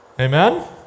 Amen